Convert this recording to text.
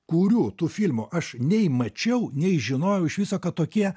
kurių tų filmų aš nei mačiau nei žinojau iš viso kad tokie